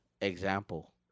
Example